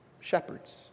shepherds